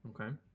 Okay